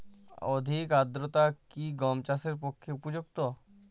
অধিক আর্দ্রতা কি গম চাষের পক্ষে উপযুক্ত?